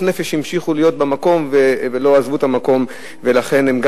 ולא ענייניות, ופוליטיות.